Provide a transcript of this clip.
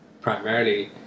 primarily